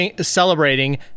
celebrating